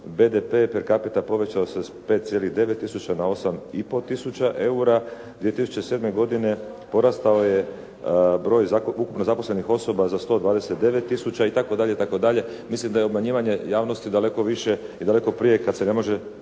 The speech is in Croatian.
BDP per capita povećao se sa 5,9 tisuća na 8,5 tisuća eura. 2007. godine porastao je broj ukupno zaposlenih osoba za 129 tisuća itd. itd. Mislim da je obmanjivanje javnosti daleko više i daleko prije kada se ne može